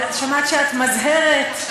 שמעת שאת מַזְהֶרֶת,